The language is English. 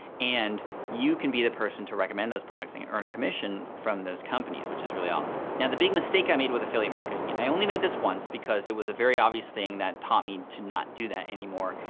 and you can be the person to recommend those products and earn a commission from those companies, which is really awesome. now, the big mistake i made with affiliate marketing, and i only made this once, because it was a very obvious thing that taught me to not do that anymore,